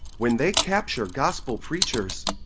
when they capture gospel preachers,